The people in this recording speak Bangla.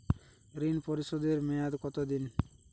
ঋণ পরিশোধের মেয়াদ কত দিন?